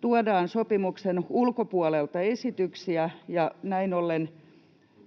tuodaan sopimuksen ulkopuolelta esityksiä,